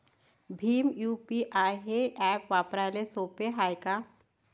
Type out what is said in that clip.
Bhim UPI हे app वापराले सोपे हाय का?